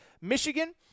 Michigan